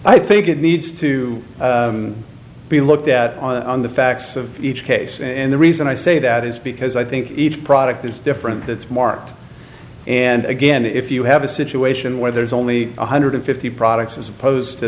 i think it needs to be looked at on the facts of each case and the reason i say that is because i think each product is different that's marked and again if you have a situation where there's only one hundred fifty products as opposed to